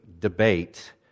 debate